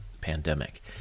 pandemic